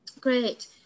great